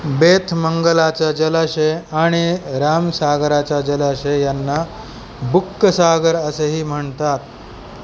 बेथमंगलाचा जलाशय आणि रामसागराचा जलाशय यांना बुक्कसागर असेही म्हणतात